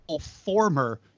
former